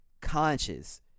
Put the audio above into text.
conscious